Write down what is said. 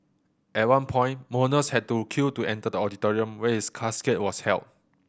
at one point mourners had to queue to enter the auditorium where his casket was held